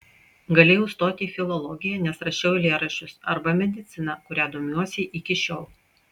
galėjau stoti į filologiją nes rašiau eilėraščius arba mediciną kuria domiuosi iki šiol